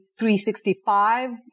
365